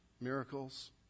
miracles